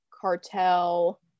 Cartel